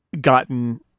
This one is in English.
gotten